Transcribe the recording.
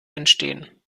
entstehen